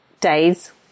days